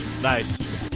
Nice